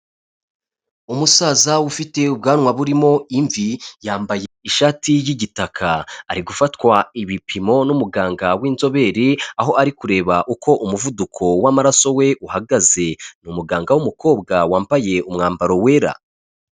Umusaza ufite ubwanwa burimo imvi, yambaye ishati y'igitaka, ari gufatwa ibipimo n'umuganga w'inzobere, aho ari kureba uko umuvuduko w'amararaso we uhagaze, ni umuganga w'umukobwa wambaye umwambaro wera.